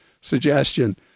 suggestion